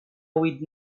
huit